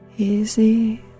Easy